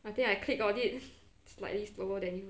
I think I click on it slightly slower than you